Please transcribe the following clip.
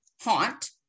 haunt